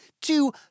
two